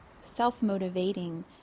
self-motivating